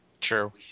True